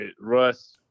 Russ